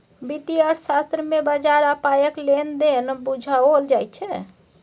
वित्तीय अर्थशास्त्र मे बजार आ पायक लेन देन बुझाओल जाइत छै